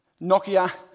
Nokia